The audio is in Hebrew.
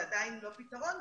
זה עדיין לא פתרון,